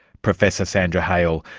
professor sandra hale.